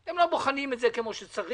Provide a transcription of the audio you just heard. הם לא בוחנים את זה כמו שצריך,